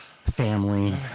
Family